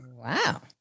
Wow